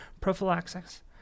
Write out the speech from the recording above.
prophylaxis